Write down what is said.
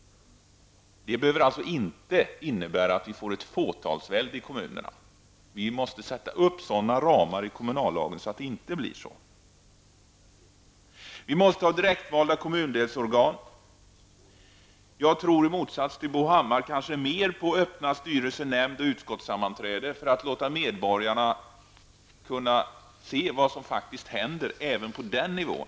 Detta behöver inte innebära att vi får ett fåtalsvälde i kommunerna. Vi måste sätta upp sådana ramar i kommunallagen att det inte blir så. Vi måste ha direktvalda kommundelsorgan. Jag tror, i motsats till Bo Hammar, kanske mer på öppna styrelse-, nämndoch utskottssammanträden för att låta medborgarna se vad som faktiskt händer även på den nivån.